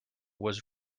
was